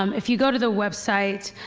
um if you go to the website,